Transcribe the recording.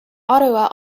ottawa